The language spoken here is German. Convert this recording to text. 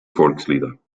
volkslieder